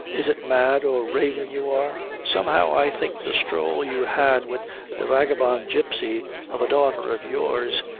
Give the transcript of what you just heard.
is it mad or ravin' you are? somehow i think the stroll you had wid the vagabone gipsy of a daughter of yours,